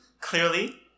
clearly